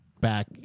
back